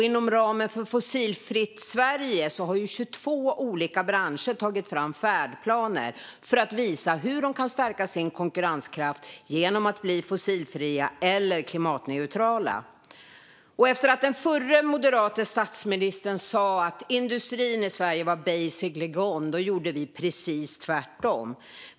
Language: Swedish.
Inom ramen för Fossilfritt Sverige har 22 olika branscher tagit fram färdplaner för att visa hur de kan stärka sin konkurrenskraft genom att bli fossilfria eller klimatneutrala. Efter att den förre moderate statsministern sa att industrin i Sverige var basically gone gjorde vi precis tvärtom.